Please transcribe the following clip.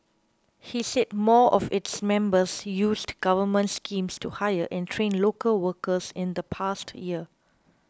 he said more of its members used government schemes to hire and train local workers in the past year